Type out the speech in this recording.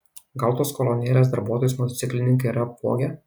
gal tuos kolonėlės darbuotojus motociklininkai yra apvogę